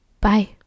Bye